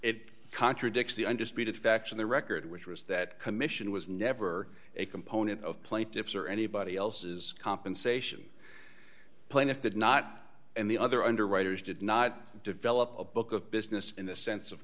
it contradicts the undisputed facts of the record which was that commission was never a component of plaintiffs or anybody else's compensation plaintiff did not and the other underwriters did not develop a book of business in the sense of